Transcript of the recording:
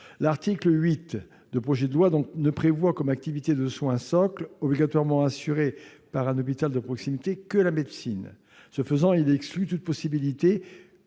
L'article 8 du projet de loi ne prévoit, comme activité de soins socle obligatoirement assurée par l'hôpital de proximité, que la médecine. Ce faisant, il exclut toute possibilité,